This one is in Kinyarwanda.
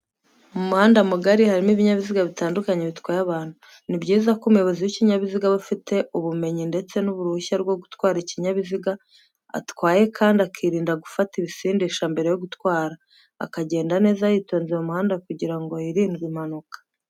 Mu muhanda mugari harimo ibinyabiziga bitandukanye bitwaye abantu, ni byiza ko umuyobozi w'ikinyabiziga aba afite ubumenyi ndetse n'uruhushya rwo gutwara ikinyabiziga atwaye kandi akirinda gufata ibisindisha mbere yo gutwara, akagenda neza yitonze mu muhanda kugira ngo hirindwe impanuka.